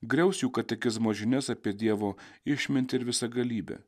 griaus jų katekizmo žinias apie dievo išmintį ir visagalybę